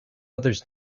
others